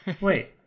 Wait